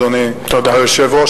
אדוני היושב-ראש,